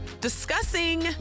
discussing